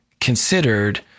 considered